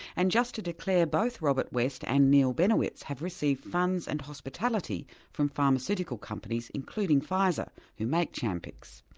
and just to declare, both robert west and neal benowitz have received funds and hospitality from pharmaceutical companies including pfizer who make champix.